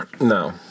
No